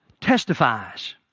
testifies